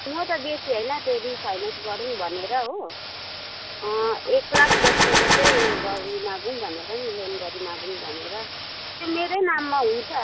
म त बेसी होइन त्यो रिफाइनेन्स गरौँ भनेर हो एक लाख जस्तोको चाहिँ गरिमागौँ भनेर नि लोन गरिमागौँ भनेर मेरै नाममा हुन्छ है